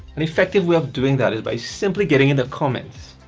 an effective way of doing that is by simply getting in the comments.